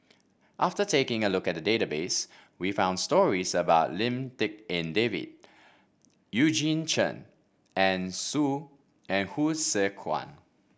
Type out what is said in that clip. after taking a look at the database we found stories about Lim Tik En David Eugene Chen and Hsu a and Tse Kwang